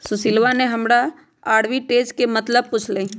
सुशीलवा ने हमरा आर्बिट्रेज के मतलब पूछ लय